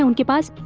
um and give us